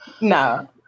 no